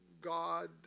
God